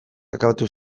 akabatu